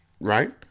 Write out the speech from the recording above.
Right